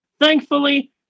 Thankfully